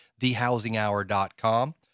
thehousinghour.com